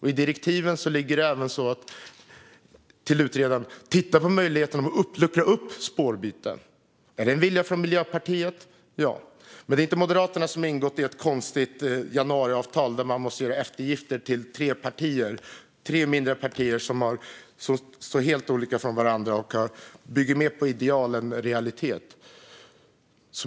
I direktiven till utredaren finns även med att man ska titta på möjligheten att luckra upp möjligheten till spårbyte. Är det Miljöpartiets vilja? Ja. Det är inte Moderaterna som har ingått ett konstigt januariavtal, där man måste göra eftergifter till tre mindre partier som är helt olika varandra och som bygger mer på ideal än realitet.